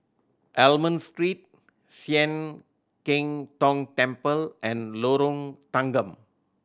Almond Street Sian Keng Tong Temple and Lorong Tanggam